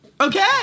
Okay